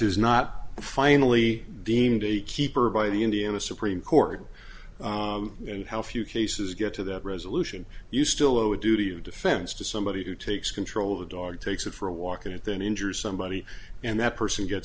is not finally deemed a keeper by the indiana supreme court and how few cases get to that resolution you still owe a duty of defense to somebody who takes control of the dog takes it for a walk in it then injures somebody and that person get